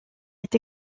est